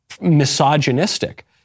misogynistic